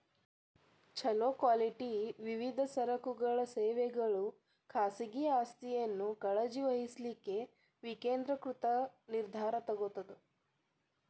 ಛೊಲೊ ಕ್ವಾಲಿಟಿ ವಿವಿಧ ಸರಕುಗಳ ಸೇವೆಗಳು ಖಾಸಗಿ ಆಸ್ತಿಯನ್ನ ಕಾಳಜಿ ವಹಿಸ್ಲಿಕ್ಕೆ ವಿಕೇಂದ್ರೇಕೃತ ನಿರ್ಧಾರಾ ತೊಗೊತದ